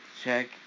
Check